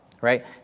right